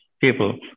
people